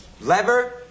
Lever